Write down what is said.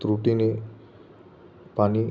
तुरटीने पाणी